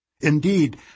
Indeed